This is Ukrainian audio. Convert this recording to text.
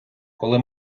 коли